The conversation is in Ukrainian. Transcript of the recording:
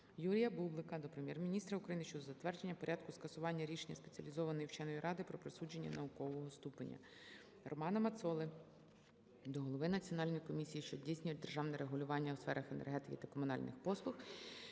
Юрія Бублика до Прем'єр-міністра України про затвердження Порядку скасування рішення спеціалізованої вченої ради про присудження наукового ступеня. Романа Мацоли до голови Національної комісії, що здійснює державне регулювання у сферах енергетики та комунальних послуг